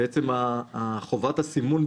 חובת הסימון,